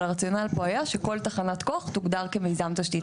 אבל הרציונל פה היה שכל תחנת כוח תוגדר כמיזם תשתית חיובית.